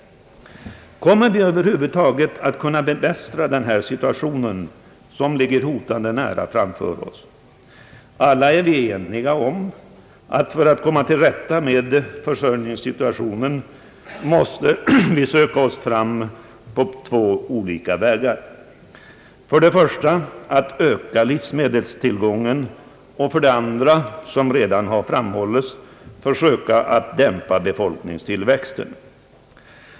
Kommer vi över huvud taget att kunna bemästra den situation som ligger hotande nära framför oss? Alla är väl eniga om att man för att komma till rätta med försörjningssituationen måste söka sig fram på två olika vägar: för det första gäller det att öka livsmedelstillgången och för det andra — som redan framhållits — att försöka dämpa befolkningstillväxten.